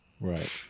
right